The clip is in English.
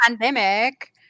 pandemic